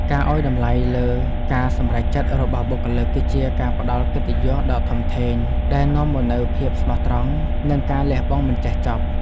ការឱ្យតម្លៃលើការសម្រេចចិត្តរបស់បុគ្គលិក គឺជាការផ្ដល់កិត្តិយសដ៏ធំធេងដែលនាំមកនូវភាពស្មោះត្រង់និងការលះបង់មិនចេះចប់។